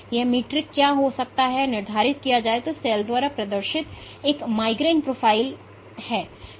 अब एक मीट्रिक क्या हो सकता है यह कैसे निर्धारित किया जाए कि क्या सेल द्वारा प्रदर्शित एक माइग्रेशन प्रोफ़ाइल यादृच्छिक या लगातार है